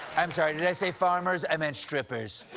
i'm sorry, did i say farmers? i meant strippers.